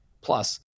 plus